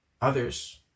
others